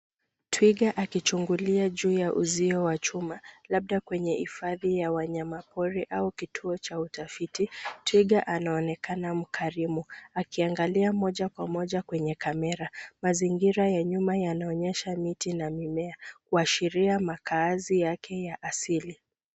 Twiga akichungulia juu ya uzio wa chuma labda kwenye hifadhi ya wanyama pori au kituo cha utafiti. Twiga anaonekana mkarimu akiangalia moja kwa moja kwenye kamera. Mazingira ya nyuma yanaonyesha miti na mimea kuashiria makaazi yake ya asili.